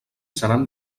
seran